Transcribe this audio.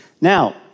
Now